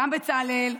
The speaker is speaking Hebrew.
גם בצלאל,